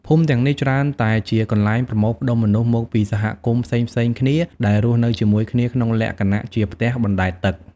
ភូមិទាំងនេះច្រើនតែជាកន្លែងប្រមូលផ្ដុំមនុស្សមកពីសហគមន៍ផ្សេងៗគ្នាដែលរស់នៅជាមួយគ្នាក្នុងលក្ខណៈជាផ្ទះបណ្ដែតទឹក។